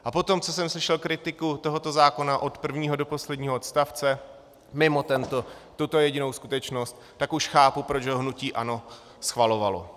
A potom, co jsem slyšel kritiku tohoto zákona od prvního do posledního odstavce mimo tuto jedinou skutečnost, tak už chápu, proč ho hnutí ANO schvalovalo.